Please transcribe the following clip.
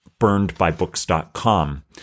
burnedbybooks.com